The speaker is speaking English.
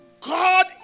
God